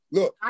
Look